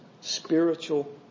spiritual